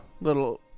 little